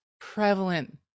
prevalent